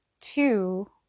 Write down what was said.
two